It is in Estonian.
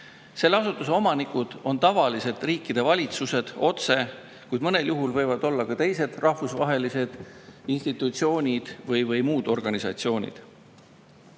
Selle asutuse omanikud on tavaliselt riikide valitsused otse, kuid mõnel juhul võivad omanikeks olla ka teised rahvusvahelised institutsioonid või muud organisatsioonid. Siin